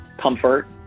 comfort